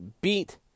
beat